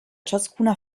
ciascuna